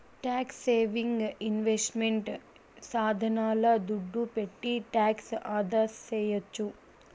tax saving investment సాధనాల దుడ్డు పెట్టి టాక్స్ ఆదాసేయొచ్చు